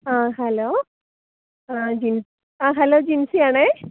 ആ ഹലോ ആ ജിന് ആ ഹലോ ജിൻസി ആണ്